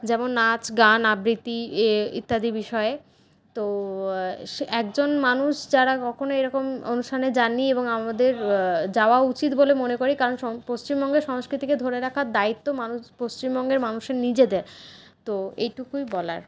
যেমন নাচ গান আবৃতি এ ইত্যাদি বিষয়ে তো সে একজন মানুষ যারা কখনই এরকম অনুষ্ঠানে যাননি এবং আমাদের যাওয়া উচিত বলে মনে করি কারণ পশ্চিমবঙ্গের সংস্কৃতিকে ধরে রাখার দায়িত্ব মানুষ পশ্চিমবঙ্গের মানুষের নিজেদের তো এইটুকুই বলার